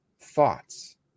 thoughts